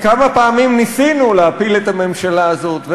כי כמה פעמים ניסינו להפיל את הממשלה הזאת,